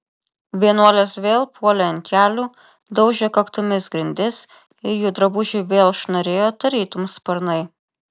vienuolės vėl puolė ant kelių daužė kaktomis grindis ir jų drabužiai vėl šnarėjo tarytum sparnai